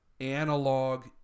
analog